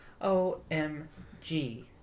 o-m-g